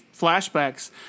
flashbacks